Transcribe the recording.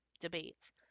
debates